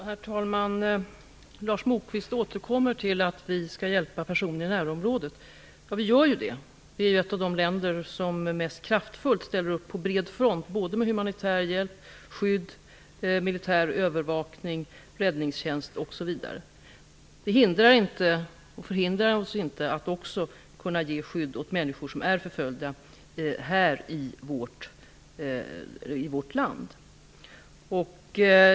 Herr talman! Lars Moquist återkommer till att vi skall hjälpa människor i närområdet. Ja, vi gör ju det. Vi är ett av de länder som kraftfullt ställer upp på bred front med humanitär hjälp, skydd, militär övervakning, räddningstjänst osv. Det hindrar dock inte att vi dessutom här i vårt land ger skydd åt människor som är förföljda.